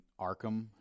Arkham